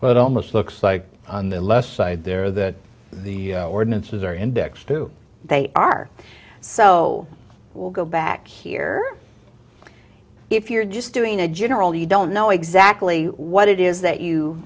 well it almost looks like on the left side there that the ordinances are index two they are so will go back here if you're just doing a general you don't know exactly what it is that you